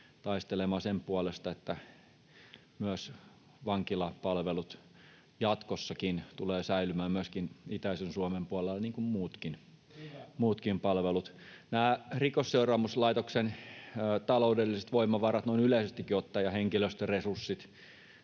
taistelemaan sen puolesta, että vankilapalvelut jatkossakin tulevat säilymään myöskin itäisen Suomen puolella niin kuin muutkin palvelut. [Tuomas Kettunen: Hyvä!] Rikosseuraamuslaitoksen taloudelliset voimavarat ja henkilöstöresurssit